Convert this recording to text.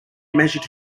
measure